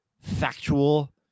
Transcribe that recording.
factual